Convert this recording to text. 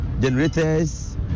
generators